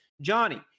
Johnny